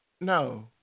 no